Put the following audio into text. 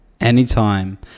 Anytime